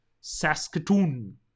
Saskatoon